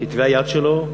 כתבי היד שלו,